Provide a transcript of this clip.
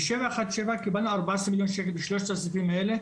ב-717 קיבלנו ארבע עשרה מיליון שקל בשלושת הסעיפים האלה,